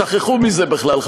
שכחו מזה בכלל,